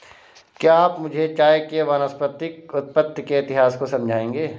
क्या आप मुझे चाय के वानस्पतिक उत्पत्ति के इतिहास को समझाएंगे?